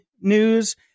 news